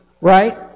right